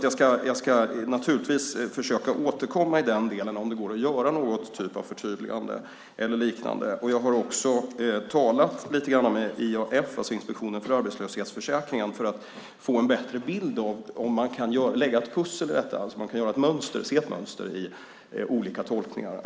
Jag ska naturligtvis försöka återkomma om det går att få någon typ av förtydligande i den delen. Jag har också talat med IAF, Inspektionen för arbetslöshetsförsäkringen, för att få en bättre bild av om det går att lägga ett pussel, om det går att se ett mönster i olika tolkningar.